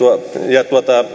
ja